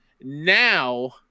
Now